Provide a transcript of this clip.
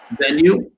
venue